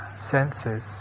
senses